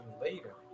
later